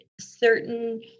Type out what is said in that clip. certain